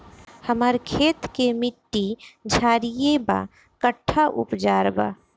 हमर खेत के मिट्टी क्षारीय बा कट्ठा उपचार बा?